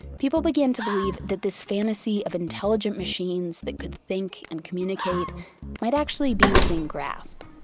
people begin to believe that this fantasy of intelligent machines that could think and communicate might actually be within grasp.